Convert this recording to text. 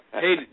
Hey